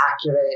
accurate